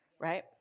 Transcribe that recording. right